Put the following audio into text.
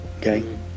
okay